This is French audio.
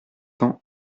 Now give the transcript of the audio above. temps